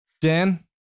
Dan